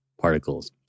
particles